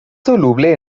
soluble